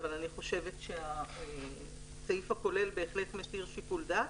אבל אני חושבת שהסעיף הכולל בהחלט מתיר שיקול דעת.